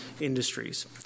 industries